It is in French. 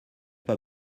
pas